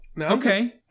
Okay